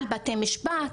על בתי המשפט,